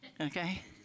okay